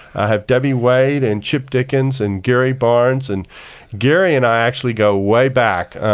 have debbie wade, and chip dickens, and gary barnes. and gary and i actually go way back.